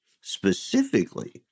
specifically